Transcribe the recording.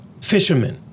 fishermen